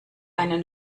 einen